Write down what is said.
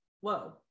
whoa